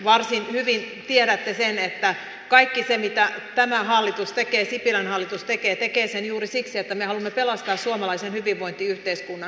varsin hyvin tiedätte että kaiken sen mitä sipilän hallitus tekee se tekee juuri siksi että me haluamme pelastaa suomalaisen hyvinvointiyhteiskunnan